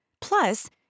Plus